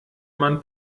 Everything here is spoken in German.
man